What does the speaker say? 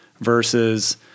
versus